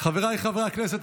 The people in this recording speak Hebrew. חבריי חברי הכנסת,